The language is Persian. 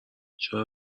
چرا